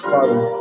Father